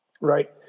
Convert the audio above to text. right